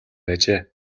байжээ